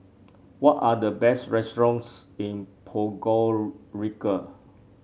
what are the best restaurants in Podgorica